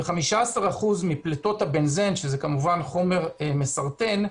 ו-15% מפליטות הבנזן, שזה כמובן חומר מסרטן,